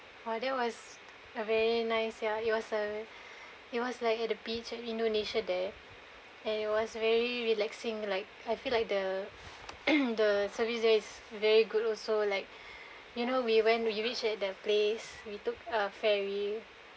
!wah! that was a very nice ya it was a it was like at the beach at indonesia there and it was very relaxing like I feel like the the service there is very good also like you know we went we we reach that place we took uh ferry